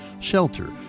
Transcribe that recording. shelter